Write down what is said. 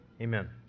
Amen